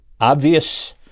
obvious